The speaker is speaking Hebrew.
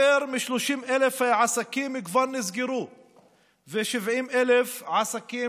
יותר מ-30,000 עסקים כבר נסגרו ו-70,000 עסקים